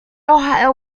ohio